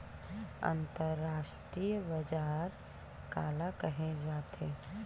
अंतरराष्ट्रीय बजार काला कहे जाथे?